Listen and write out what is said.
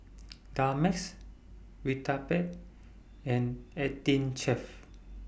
Vitapet and eighteen Chef